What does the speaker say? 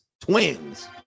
twins